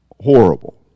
horrible